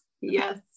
yes